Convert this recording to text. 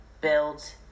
build